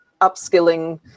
upskilling